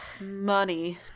money